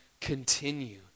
continue